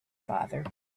father